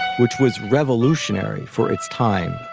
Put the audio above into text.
which was revolutionary for its time.